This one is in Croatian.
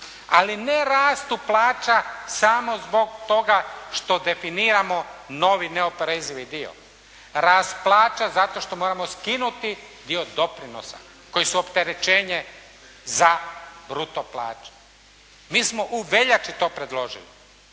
Ali ne rastu plaća samo zbog toga što definiramo novi neoporezivi dio. Rast plaća zato što moramo skinuti dio doprinosa koji su opterećenje za bruto plaće. Mi smo u veljači to predložili.